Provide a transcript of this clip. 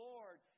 Lord